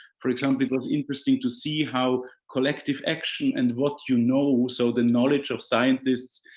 for example, it was interesting to see how collective action and what you know, so the knowledge of scientists,